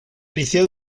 liceo